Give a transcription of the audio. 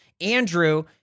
andrew